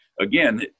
again